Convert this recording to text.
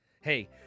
Hey